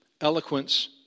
eloquence